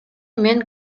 мен